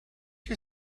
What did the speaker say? you